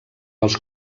als